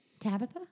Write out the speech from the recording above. Tabitha